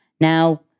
Now